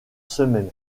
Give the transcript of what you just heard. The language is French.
semaine